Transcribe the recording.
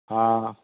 ਹਾਂ ਹਾਂ